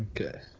Okay